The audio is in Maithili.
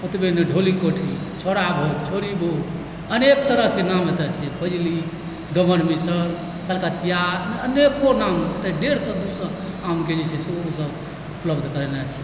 ओतबे नहि ढ़ोली कोठी छोड़ा भोग छोड़ी भोग अनेक तरहकेँ नाम एतय छै फजुली कलकतिया अनेको नाम एतय डेढ़ सए दू सए आमके जे छै से ओसभ उपलब्ध करेने छै